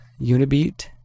Unibeat